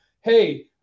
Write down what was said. hey